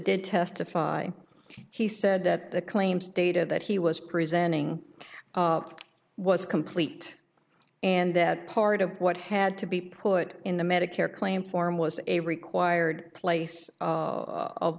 did testify he said that the claims data that he was presenting was complete and that part of what had to be put in the medicare claim form was a required place